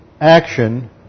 action